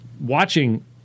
watching